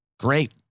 great